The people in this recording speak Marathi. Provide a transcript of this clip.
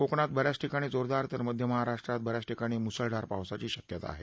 कोकणात ब याच ठिकाणी जोरदार तर मध्य महाराष्ट्रात ब याच ठिकाणी मुसळधार पावसाची शक्यता आहे